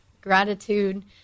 gratitude